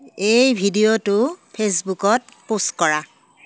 এই ভিডিঅ'টো ফেচবুকত প'ষ্ট কৰা